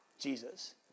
Jesus